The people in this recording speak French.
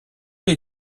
les